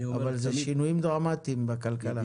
אבל זה שינויים דרמטיים בכלכלה.